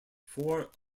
four